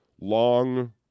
long